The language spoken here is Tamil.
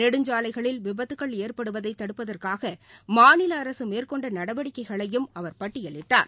நெடுஞ்சாலைகளில் விபத்துக்கள் ஏற்படுவதைதடுப்பதற்காகமாநிலஅரசுமேற்கொண்டநடவடிக்கைகளையும் அவர் பட்டியலிட்டார்